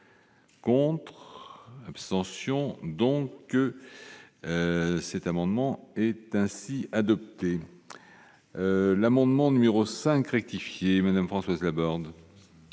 contre abstention. Donc que cet amendement est ainsi adopté l'amendement numéro 5 rectifié Madame Françoise Laborde.